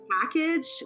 package